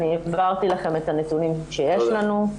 אני העברתי לכם את הנתונים שיש לנו.